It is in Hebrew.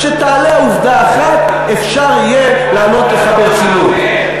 כשתעלה עובדה אחת, אפשר יהיה לענות לך ברצינות.